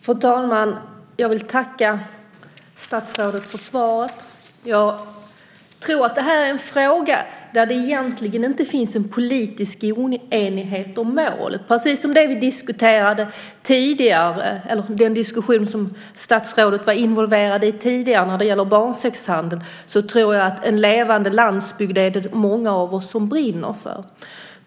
Fru talman! Jag vill tacka statsrådet för svaret. I den här frågan finns det nog egentligen inte någon politisk oenighet om målen. Precis som när det gäller den tidigare interpellationen om barnsexhandel som statsrådet nyss var involverad i tror jag att också en levande landsbygd är något som många av oss brinner för.